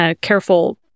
careful